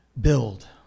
build